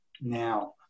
now